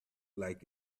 like